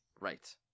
Right